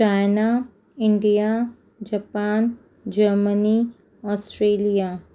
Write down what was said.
China India Japan Germany Australia